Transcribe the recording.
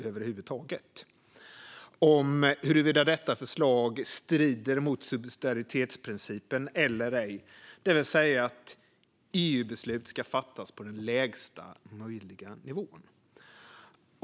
Det handlar om huruvida detta förslag strider mot subsidiaritetsprincipen eller ej, det vill säga att EU-beslut ska fattas på den lägsta möjliga nivån.